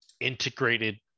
integrated